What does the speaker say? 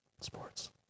sports